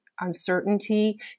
uncertainty